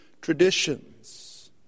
traditions